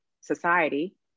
society